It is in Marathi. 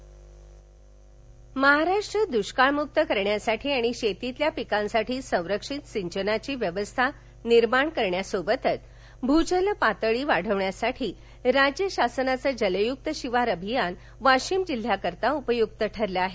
जलयक्त शिवार महाराष्ट् दुष्काळमुक्त करण्यासाठी आणि शेतीतील पिकांसाठी संरक्षित सिंचनाची व्यवस्था निर्माण करण्यासोबतच भूजल पातळी वाढविण्यासाठी राज्य शासनाचं जलय्क्त शिवार अभियान वाशिम जिल्हयासाठी उपयुक्त ठरल आहे